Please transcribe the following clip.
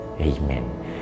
Amen